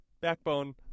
Backbone